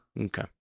Okay